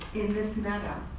in this matter,